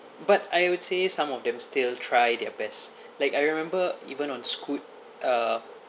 but I would say some of them still try their best like I remember even on scoot uh